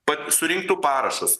pa surinktų parašus